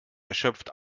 erschöpft